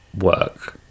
work